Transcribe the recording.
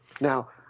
Now